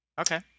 Okay